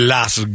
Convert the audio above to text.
Las